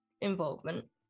involvement